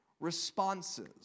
responses